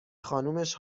خانومش